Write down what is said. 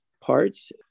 parts